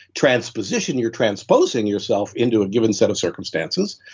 transposition, you're transposing yourself into a given set of circumstances.